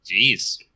jeez